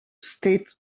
state